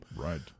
Right